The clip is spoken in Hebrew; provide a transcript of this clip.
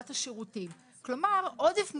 כלומר עודף מוגנות.